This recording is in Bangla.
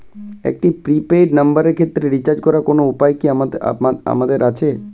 একটি প্রি পেইড নম্বরের ক্ষেত্রে রিচার্জ করার কোনো উপায় কি আমাদের আছে?